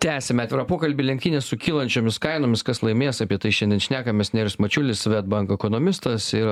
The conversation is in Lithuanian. tęsiam atvirą pokalbį lenktynės su kylančiomis kainomis kas laimės apie tai šiandien šnekamės nerijus mačiulis svedbank ekonomistas ir